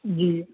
جی